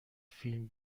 فیلم